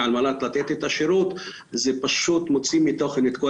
על מנת לתת את השירות זה פשוט להוציא מתוכן את כל